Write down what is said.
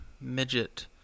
midget